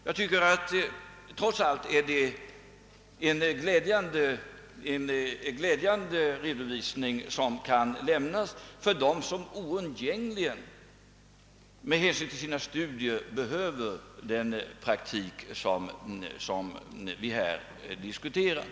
Jag tycker att det trots allt är en glädjande redovisning som kan lämnas beträffande dem som oundgängligen med hänsyn till sina studier behöver den praktik vi här diskuterar.